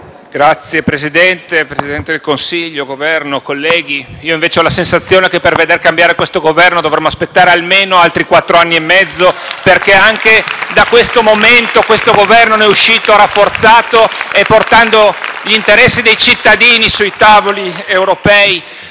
Signor Presidente, Signor Presidente del Consiglio, colleghi, io ho invece la sensazione che per vedere cambiare questo Governo dovremo aspettare almeno altri quattro anni e mezzo, perché anche in questa circostanza il Governo ne è uscito rafforzato portando gli interessi dei cittadini sui tavoli europei.